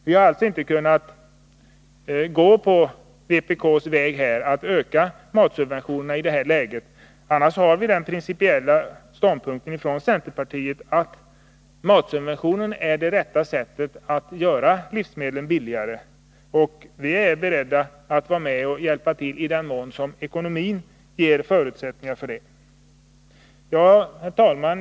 Vi har alltså inte kunnat gå med på vpk:s förslag att öka matsubventionerna i det här läget. Annars har vi den principiella ståndpunkten från centerpartiets sida att matsubventioner är det rätta sättet när det gäller att göra livsmedlen billigare. Och vi är beredda att vara med och hjälpa till i den mån som ekonomin ger förutsättningar för det. Herr talman!